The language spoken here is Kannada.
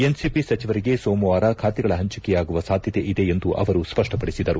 ಎನ್ಸಿಪಿ ಸಚಿವರಿಗೆ ಸೋಮವಾರ ಖಾತೆಗಳ ಪಂಚಿಕೆಯಾಗುವ ಸಾಧ್ಯತೆ ಇದೆ ಎಂದು ಅವರು ಸ್ವಷ್ಷಪಡಿಸಿದ್ಲಾರೆ